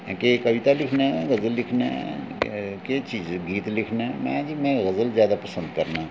केह् कविता लिखना ऐं गजल लिखना ऐं केह् चीज गीत लिखना ऐं में जी में गजल जैदा पसंद करना